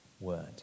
word